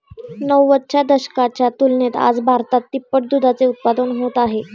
नव्वदच्या दशकाच्या तुलनेत आज भारतात तिप्पट दुधाचे उत्पादन होत आहे